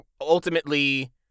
ultimately